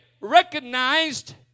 recognized